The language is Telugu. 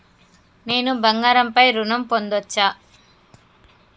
నేను బంగారం పై ఋణం పొందచ్చా?